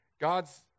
God's